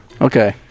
okay